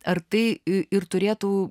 ar tai ir turėtų